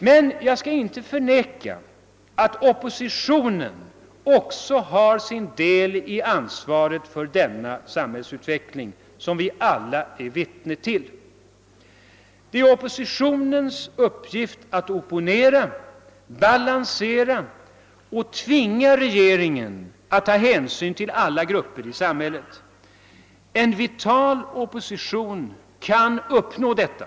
Men jag skall inte förneka, att oppositionen också har sin del i ansvaret för den samhällsutveckling, som vi alla är vittne till. Det är oppositionens uppgift att opponera, balansera och tvinga regeringen att ta hänsyn till alla grupper i samhället. En vital opposition kan uppnå detta.